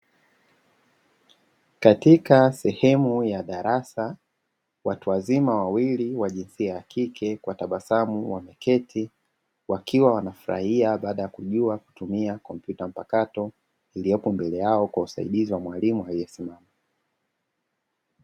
Katika sehemu ya darasa watu wazima wawili wa jinsia ya kike kwa tabasamu wameketi wakiwa wanafurahia baada ya kujua kutumia kompyuta mpakato iliyopo mbele yao kwa usaidizi wa mwalimu.